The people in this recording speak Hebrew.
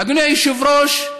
אדוני היושב-ראש,